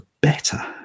better